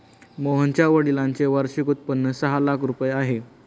मोहनच्या वडिलांचे वार्षिक उत्पन्न सहा लाख रुपये आहे